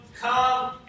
come